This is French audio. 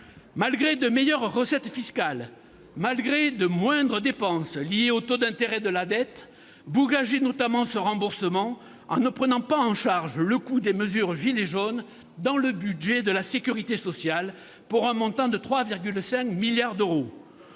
Malgré de meilleures recettes fiscales, malgré de moindres dépenses grâce au taux d'intérêt de la dette, vous gagez ce remboursement en ne prenant pas en charge le coût des mesures « gilets jaunes » dans le budget de la sécurité sociale, pour un coût estimé à 3,5 milliards d'euros.